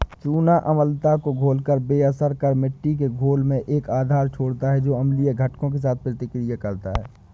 चूना अम्लता को घोलकर बेअसर कर मिट्टी के घोल में एक आधार छोड़ता है जो अम्लीय घटकों के साथ प्रतिक्रिया करता है